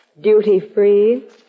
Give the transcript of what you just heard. Duty-free